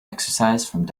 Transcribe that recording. exercise